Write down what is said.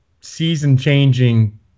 season-changing